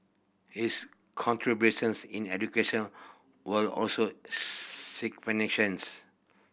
his contributions in education were also